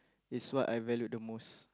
is what I valued the most